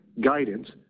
guidance